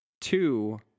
two